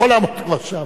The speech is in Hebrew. עכשיו